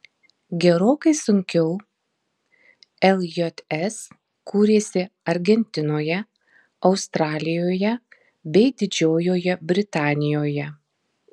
gerokai sunkiau ljs kūrėsi argentinoje australijoje bei didžiojoje britanijoje